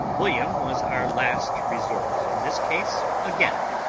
william was our last resort in this case again,